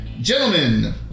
Gentlemen